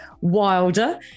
Wilder